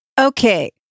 Okay